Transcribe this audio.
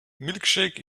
milkshake